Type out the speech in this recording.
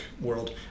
world